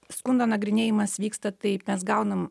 skundo nagrinėjimas vyksta taip mes gaunam